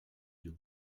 yeux